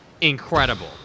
incredible